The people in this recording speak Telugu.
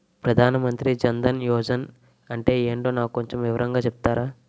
ప్రధాన్ మంత్రి జన్ దన్ యోజన అంటే ఏంటో నాకు కొంచెం వివరంగా చెపుతారా?